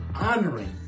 honoring